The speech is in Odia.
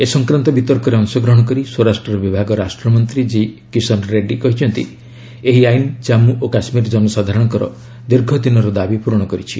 ଏ ସଂକ୍ରାନ୍ତ ବିତର୍କରେ ଅଂଶଗ୍ରହଣ କରି ସ୍ୱରାଷ୍ଟ୍ର ବିଭାଗ ରାଷ୍ଟ୍ରମନ୍ତ୍ରୀ ଜି କିଶନ୍ ରେଡ୍ରୀ କହିଛନ୍ତି ଏହି ଆଇନ୍ ଜାନ୍ମୁ ଓ କାଶ୍ମୀର ଜନସାଧାରଣଙ୍କର ଦୀର୍ଘ ଦିନର ଦାବି ପୂରଣ କରିଛି